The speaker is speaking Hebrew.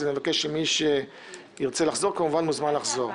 אז אני מבקש שמי שרוצה לחזור בוודאי מוזמן לחזור.